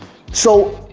so,